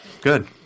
Good